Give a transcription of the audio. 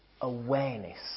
awareness